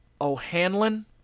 O'Hanlon